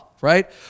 right